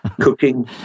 cooking